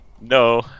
No